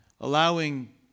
allowing